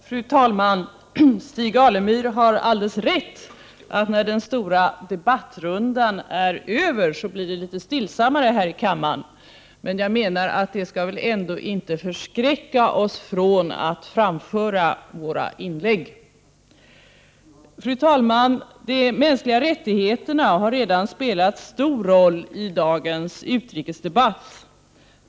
Fru talman! Stig Alemyr har alldeles rätt i att när den stora debattrundan är över blir det litet stillsammare här i kammaren. Men det skall väl ändå inte förskräcka oss från att framföra våra inlägg? Fru talman! De mänskliga rättigheterna har redan spelat stor roll i dagens utrikesdebatt.